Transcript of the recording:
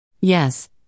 Yes